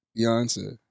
Beyonce